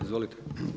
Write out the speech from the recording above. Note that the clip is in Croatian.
Izvolite.